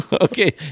Okay